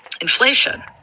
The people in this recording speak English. inflation